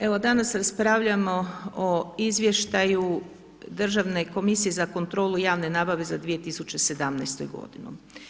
Evo danas raspravljamo o izvještaju Državne komisije za kontrolu javne nabave za 2017. godinu.